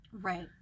Right